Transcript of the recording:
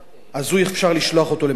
אפשר לשלוח אותו למאסר עולם.